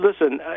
Listen